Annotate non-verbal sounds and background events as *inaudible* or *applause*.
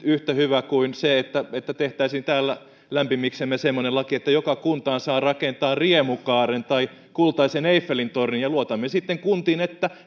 *unintelligible* yhtä hyvä kuin se että että tehtäisiin täällä lämpimiksemme semmoinen laki että joka kuntaan saa rakentaa riemukaaren tai kultaisen eiffelin tornin ja luottaisimme sitten kuntiin että